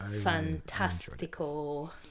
fantastical